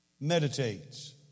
Meditates